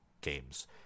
games